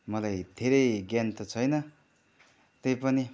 मलाई धेरै ज्ञान त छैन त्यही पनि